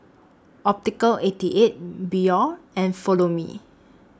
Optical eighty eight Biore and Follow Me